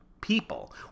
people